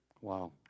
Wow